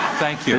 thank yeah